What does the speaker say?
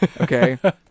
Okay